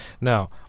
now